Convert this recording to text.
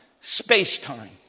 space-time